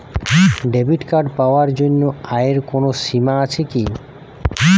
Debit card পাওয়ার জন্য আয়ের কোনো সীমা আছে কি?